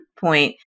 point